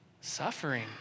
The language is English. Suffering